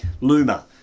luma